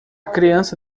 criança